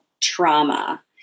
trauma